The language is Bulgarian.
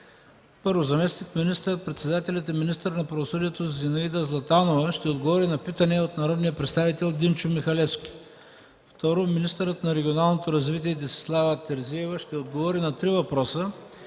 утре: - заместник министър-председателят и министър на правосъдието Зинаида Златанова ще отговори на питане от народния представител Димчо Михалевски; - министърът на регионалното развитие Десислава Терзиева ще отговори на три въпроса